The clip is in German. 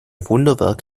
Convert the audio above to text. wunderwerk